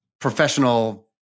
professional